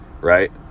right